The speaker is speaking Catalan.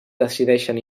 decideixen